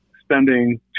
spending